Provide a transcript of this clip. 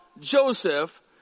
Joseph